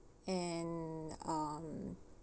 and uh